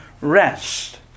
rest